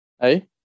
Hey